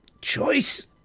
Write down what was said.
choice